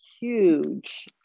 huge